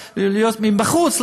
מבחוץ.